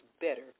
better